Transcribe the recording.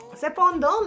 Cependant